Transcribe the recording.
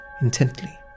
intently